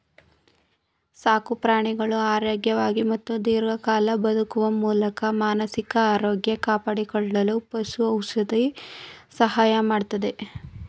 ಸಾಕುಪ್ರಾಣಿಗಳು ಆರೋಗ್ಯವಾಗಿ ಮತ್ತು ದೀರ್ಘಕಾಲ ಬದುಕುವ ಮೂಲಕ ಮಾನಸಿಕ ಆರೋಗ್ಯ ಕಾಪಾಡಿಕೊಳ್ಳಲು ಪಶು ಔಷಧಿ ಸಹಾಯ ಮಾಡ್ತದೆ